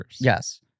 Yes